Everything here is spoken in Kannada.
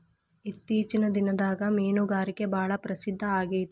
ಇತ್ತೇಚಿನ ದಿನದಾಗ ಮೇನುಗಾರಿಕೆ ಭಾಳ ಪ್ರಸಿದ್ದ ಆಗೇತಿ